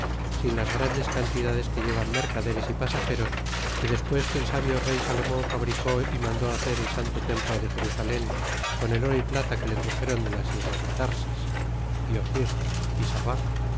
sin las grandes cantidades que llevan mercaderes y pasajeros que despues que el sabio rey salomon fabricó y mandó hacer el santo templo de jerusalem con el oro y plata que le truxeron de las islas de tarsis y y